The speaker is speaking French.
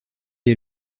est